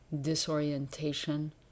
disorientation